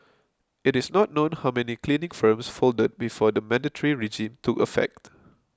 it is not known how many cleaning firms folded before the mandatory regime took effect